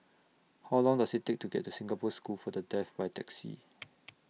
How Long Does IT Take to get to Singapore School For The Deaf By Taxi